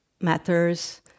matters